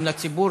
גם לציבור,